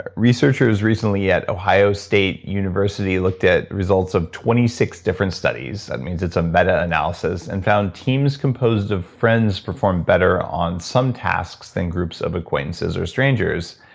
researchers recently at ohio state university looked at results of twenty six different studies. that means it's a meta-analysis and found teams composed of friends perform better on some tasks than groups of acquaintances or strangers.